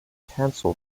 pencil